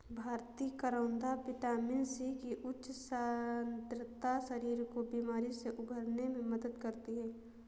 भारतीय करौदा vitamin C की उच्च सांद्रता शरीर को बीमारी से उबरने में मदद करती है